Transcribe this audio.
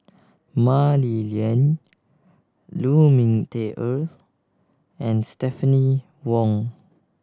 Mah Li Lian Lu Ming Teh Earl and Stephanie Wong